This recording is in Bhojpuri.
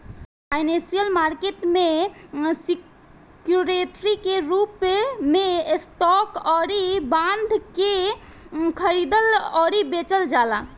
फाइनेंसियल मार्केट में सिक्योरिटी के रूप में स्टॉक अउरी बॉन्ड के खरीदल अउरी बेचल जाला